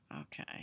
okay